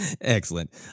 excellent